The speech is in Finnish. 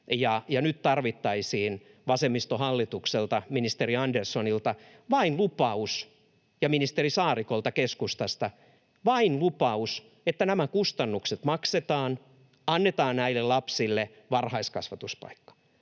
nyt tarvittaisiin vasemmistohallitukselta, ministeri Anderssonilta, ja ministeri Saarikolta keskustasta vain lupaus, että nämä kustannukset maksetaan, annetaan näille lapsille varhaiskasvatuspaikka.